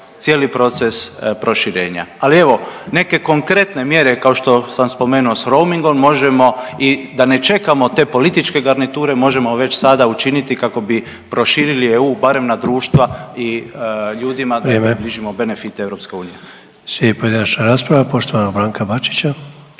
cijeli proces proširenja. Ali evo, neke konkretne mjere kao što sam spomenuo sa roomingom možemo i da ne čekamo te političke garniture. Možemo već sada učiniti kako bi proširili EU barem na društva i ljudima da približimo benefite EU. **Sanader, Ante (HDZ)** Vrijeme. Slijedi pojedinačna rasprava poštovanog Branka Bačića.